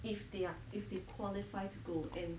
if they are if they qualify to go and